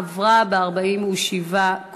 החלטת הממשלה עברה ב-47 קולות,